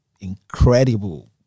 incredible